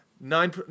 Nine